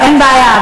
אין בעיה,